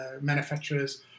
manufacturers